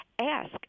ask